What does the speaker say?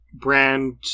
brand